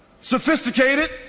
sophisticated